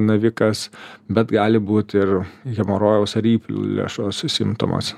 navikas bet gali būti ir hemorojaus ar įplėšos simptomas